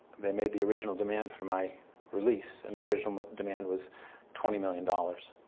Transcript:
they made the original demand for my release, and the original demand was twenty million dollars.